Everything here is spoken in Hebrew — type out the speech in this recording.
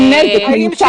זה נזק מיותר.